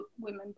women